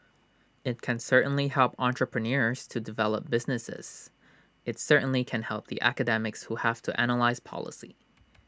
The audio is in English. IT can certainly help entrepreneurs to develop businesses IT certainly can help the academics who have to analyse policy